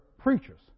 preachers